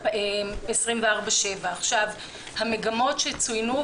24/7. המגמות שצוינו,